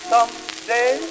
Someday